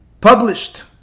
published